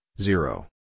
zero